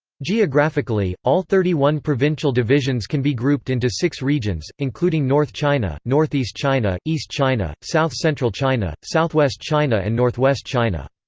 geographically, all thirty one provincial divisions can be grouped into six regions, including north china, northeast china, east china, south central china, southwest china and northwest china.